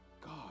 God